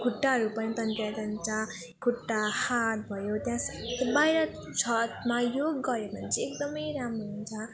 खुट्टाहरू पनि तन्केर जान्छ खुट्टा हाट भयो त्यहाँ बाहिर छतमा योग गर्यो भने चाहिँ एकदम राम्रो हुन्छ